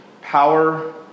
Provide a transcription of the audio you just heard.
power